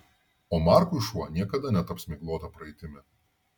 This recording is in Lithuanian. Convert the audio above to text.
o markui šuo niekada netaps miglota praeitimi